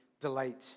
delight